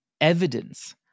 evidence